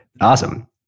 Awesome